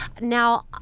Now